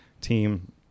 team